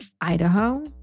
Idaho